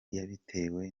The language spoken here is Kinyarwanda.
yabitewe